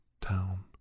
town